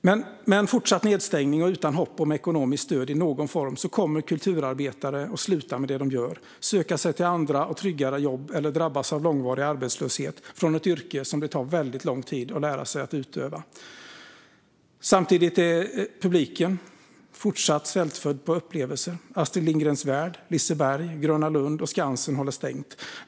Men med en fortsatt nedstängning och utan hopp om ekonomiskt stöd i någon form kommer kulturarbetare att sluta med det de gör, söka sig till andra och tryggare jobb eller drabbas av långvarig arbetslöshet från ett yrke som det tar väldigt lång tid att lära sig att utöva. Samtidigt är publiken fortsatt svältfödd på upplevelser. Astrid Lindgrens Värld, Liseberg, Gröna Lund och Skansen håller stängt.